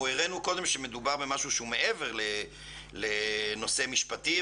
אנחנו הראינו קודם שמדובר במשהו שהוא מעבר לנושא המשפטי,